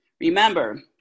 Remember